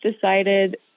decided